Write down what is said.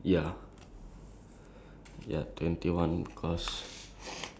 to me I would like to stop at twenty one